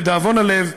לדאבון הלב,